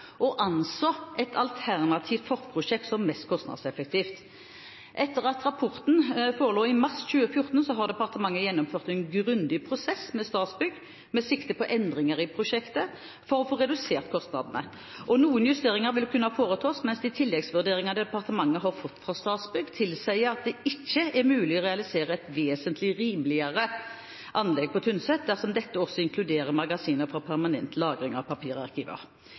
anså et alternativt forprosjekt som mest kostnadseffektivt. Etter at rapporten forelå i mars 2014, har departementet gjennomført en grundig prosess med Statsbygg med sikte på endringer i prosjektet for å få redusert kostnadene. Noen justeringer vil kunne foretas, men de tilleggsvurderinger departementet har fått fra Statsbygg, tilsier at det ikke er mulig å realisere et vesentlig rimeligere anlegg på Tynset, dersom dette også inkluderer magasiner for permanent lagring av papirarkiver.